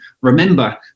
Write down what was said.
remember